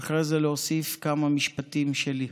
ואחרי זה להוסיף כמה משפטים שלי.